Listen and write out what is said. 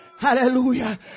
Hallelujah